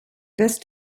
best